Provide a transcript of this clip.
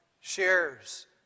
shares